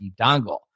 dongle